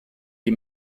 die